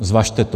Zvažte to.